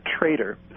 traitor